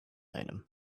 item